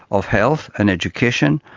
of health and education,